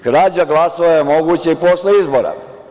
Krađa glasova je moguća i posle izbora.